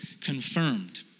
confirmed